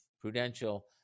Prudential